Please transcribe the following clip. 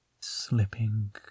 slipping